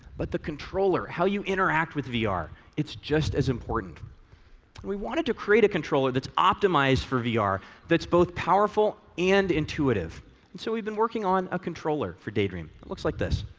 but the controller, how you interact with vr, it's just as important. and we wanted to create a controller that's optimized for vr, ah that's both powerful and intuitive. and so we've been working on a controller for daydream. it looks like this.